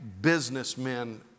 businessmen